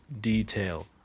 detail